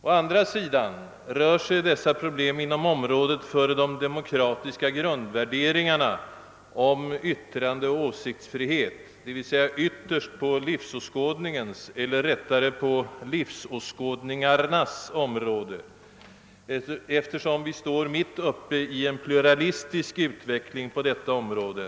Å andra sidan rör sig dessa problem inom området för de demokratiska grund värderingarna om yttrandeoch åsiktsfrihet, d.v.s. ytterst på livsåskådningens eller rättare sagt livsåskådningarnas område — vi står ju mitt uppe i en pluralistisk utveckling på detta område.